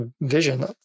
vision